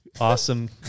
Awesome